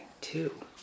two